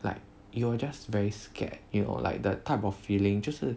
like you're just very scared you know like the type of feeling 就是